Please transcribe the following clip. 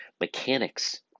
mechanics